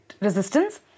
resistance